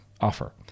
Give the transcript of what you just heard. offer